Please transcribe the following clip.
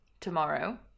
Tomorrow